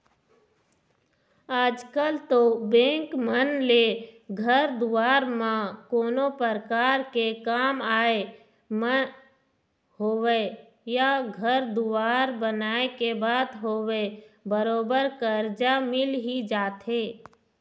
आजकल तो बेंक मन ले घर दुवार म कोनो परकार के काम आय म होवय या घर दुवार बनाए के बात होवय बरोबर करजा मिल ही जाथे